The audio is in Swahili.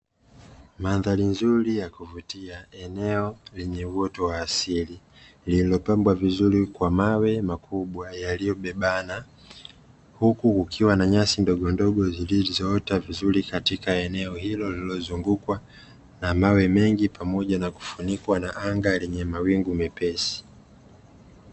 Mandhari nzuri ya kuvutia, eneo lenye uoto wa asili lililopambwa vizuri kwa mawe makubwa yaliyobebana, huku kukiwa na nyasi ndogondogo zilizoota vizuri katika eneo hilo lililozungukwa na mawe mengi, pamoja na kufunikwa na anga lenye mawingu mepesi.